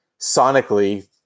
sonically